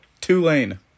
Tulane